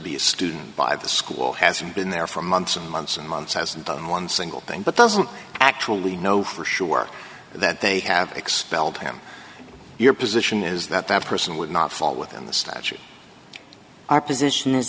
be a student by the school has been there for months and months and months hasn't done one single thing but doesn't actually know for sure that they have expelled him your position is that that person would not fall within the statute our position is